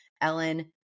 Ellen